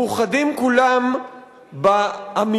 מאוחדים כולם באמירה